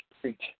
preach